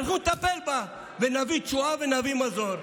ואנחנו נטפל בה ונביא תשועה ונביא מזור.